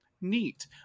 neat